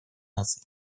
наций